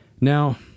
Now